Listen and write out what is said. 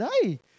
hey